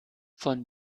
von